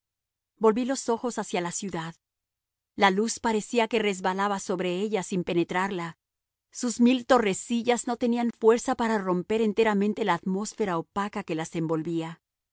volví los ojos hacia la ciudad la luz parecía que resbalaba sobre ella sin penetrarla sus mil torrecillas no tenían fuerza para romper enteramente la atmósfera opaca que las envolvía